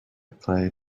play